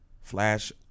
flash